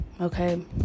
Okay